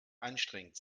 anstrengend